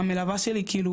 המלווה שלי כאילו